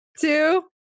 two